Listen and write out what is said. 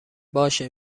باشه